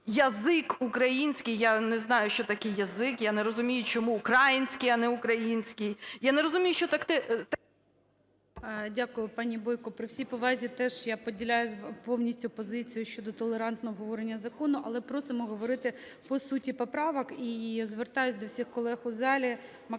"язик" український. Я не знаю, що таке "язик", я не розумію, чому "укра'їнський", а не "украї'нський", я не розумію, що таке…